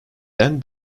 then